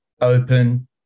open